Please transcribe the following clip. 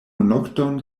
nokton